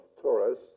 Taurus